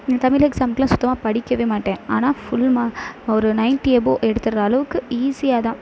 தமிழ் எக்ஸாம்க்கெலாம் சுத்தமாக படிக்கவே மாட்டேன் ஆனால் ஃபுல் மா ஒரு நைன்ட்டி எபோ எடுத்துடுற அளவுக்கு ஈஸியாக தான்